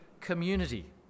community